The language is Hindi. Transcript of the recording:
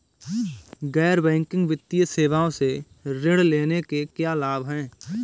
गैर बैंकिंग वित्तीय सेवाओं से ऋण लेने के क्या लाभ हैं?